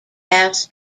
gas